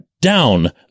down